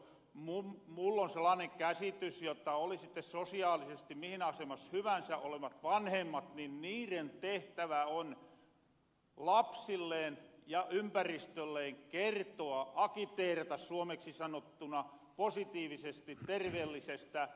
mul on sellaane käsitys jotta oli sitte sosiaalisesti mihinä asemas hyvänsä olevat vanhemmat niin niiren tehtävä on lapsilleen ja ympäristölleen kertoa akiteerata suomeksi sanottuna positiivisesti terveellisestä tavasta